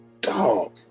dog